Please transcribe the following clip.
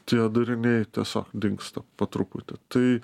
tie dariniai tiesiog dingsta po truputį tai